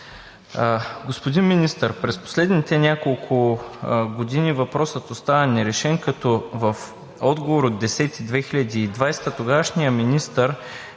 Господин Министър, през последните няколко години въпросът остава нерешен, като в отговор от месец октомври